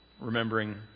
remembering